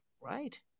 right